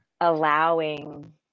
allowing